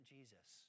Jesus